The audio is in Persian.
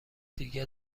دیگه